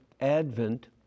Advent